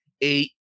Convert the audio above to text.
eight